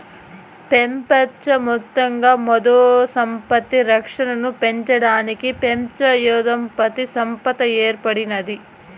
పెపంచ మొత్తంగా మేధో సంపత్తి రక్షనను పెంచడానికి పెపంచ మేధోసంపత్తి సంస్త ఏర్పడినాది